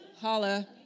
holla